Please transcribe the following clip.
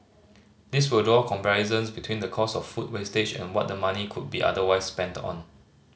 these will draw comparisons between the cost of food wastage and what the money could be otherwise spent on